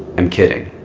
i'm kidding.